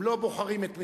לא.